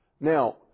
Now